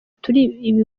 turi